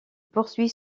poursuit